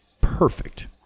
perfect